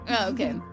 okay